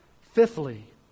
Fifthly